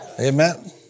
Amen